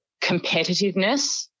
competitiveness